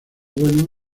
bueno